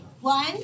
One